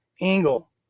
angle